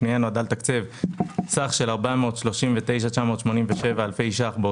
הפנייה נועדה לתקצב סך של 439,987 אלפי שקלים,